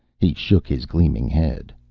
he shook his gleaming head.